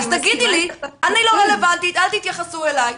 אז תגידי לי: אני לא רלוונטית, אל תתייחסו אליי.